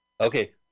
okay